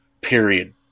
period